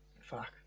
Fuck